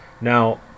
Now